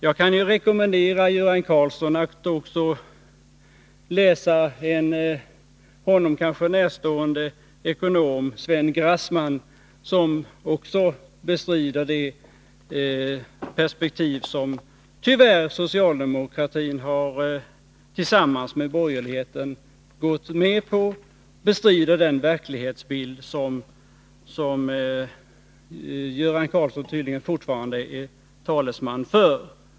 Jag kan också rekommendera Göran Karlsson att läsa vad en honom kanske närstående ekonom, Sven Grassman, skriver. Han beskriver det perspektiv som socialdemokratin tillsammans med borgerligheten tyvärr har gått med på, den verklighetsbild som Göran Karlsson tydligen fortfarande är talesman för.